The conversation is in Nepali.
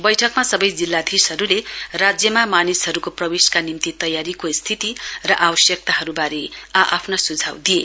बैठकमा सबै जिल्लाधीशहरूले राज्यमा मानिसहरूका प्रवेश निम्ति तयारीको स्थिति र आवश्यकताहरूबारे आ आफ्नो सुझाउ दिए